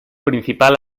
principal